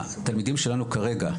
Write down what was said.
התלמידים שלנו כרגע,